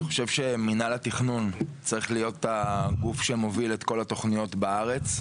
אני חושב שמנהל התכנון צריך להיות הגוף שמוביל את כל התוכניות בארץ,